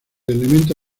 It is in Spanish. elemento